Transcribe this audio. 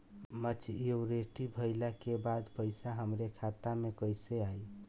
Maturity भईला के बाद पईसा हमरे खाता में कइसे आई?